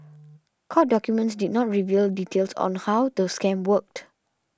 court documents did not reveal details of how the scam worked